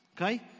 Okay